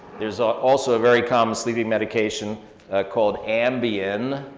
there's also a very common sleeping medication called ambien,